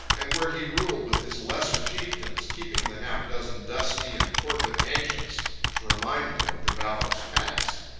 and where he ruled with his lesser chieftains, keeping the half-dozen dusty and torpid ancients to remind them of the valorous past?